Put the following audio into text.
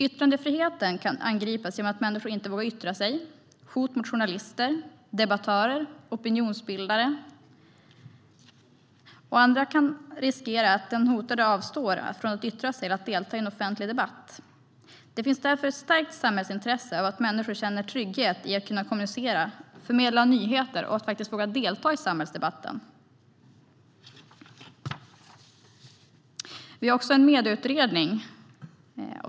Yttrandefriheten kan angripas genom att människor inte vågar yttra sig. Hot mot journalister, debattörer, opinionsbildare och andra kan riskera att den hotade avstår från att yttra sig eller delta i en offentlig debatt. Det finns därför ett starkt samhällsintresse av att människor känner trygghet i att kunna kommunicera och förmedla nyheter och våga delta i samhällsdebatten. Vi har också en medieutredning.